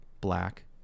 black